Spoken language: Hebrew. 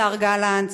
השר גלנט,